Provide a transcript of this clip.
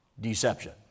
deception